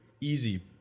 easy